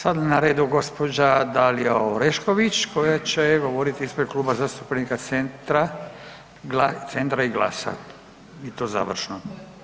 Sada je na redu gđa. Dalija Orešković koja će govorit ispred Kluba zastupnika Centra i GLAS-a i to završno.